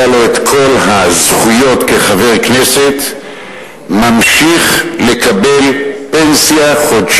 לו כל הזכויות כחבר כנסת ממשיך לקבל פנסיה חודשית